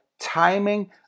timing